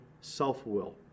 self-will